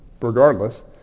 regardless